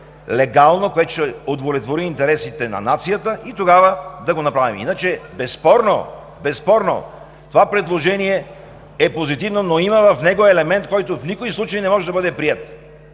което ще удовлетвори интересите на нацията, и тогава да го направим. Безспорно това предложение е позитивно, но има в него елемент, който в никакъв случай не може да бъде приет